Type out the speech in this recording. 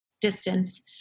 distance